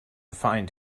find